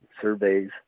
surveys